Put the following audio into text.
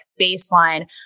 baseline